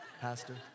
Pastor